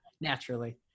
Naturally